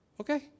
Okay